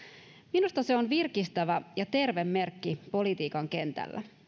minusta se on virkistävä ja terve merkki politiikan kentällä